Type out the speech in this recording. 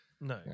No